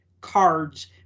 cards